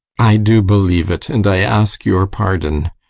i do believe it, and i ask your pardon.